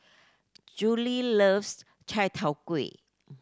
Julie loves chai tow kway